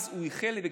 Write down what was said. הוא איחל לי אז,